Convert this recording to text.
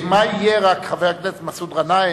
חבר הכנסת מסעוד גנאים,